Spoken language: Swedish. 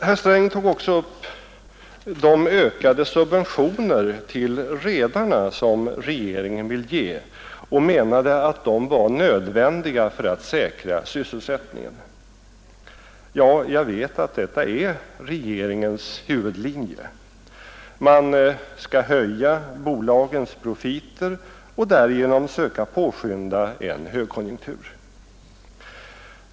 Herr Sträng tog också upp de ökade subventioner till redarna som regeringen vill ge och menade att de var nödvändiga för att säkra sysselsättningen. Ja, jag vet att detta är regeringens huvudlinje. Man skall höja bolagens profiter och därigenom söka påskynda en högkonjunktur.